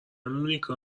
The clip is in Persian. مونیکا